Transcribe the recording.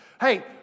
Hey